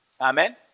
Amen